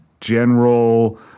general